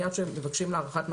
מיד כשמבקשים הארכת מעצר,